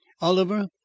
oliver